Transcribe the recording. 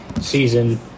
season